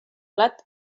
plat